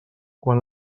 quan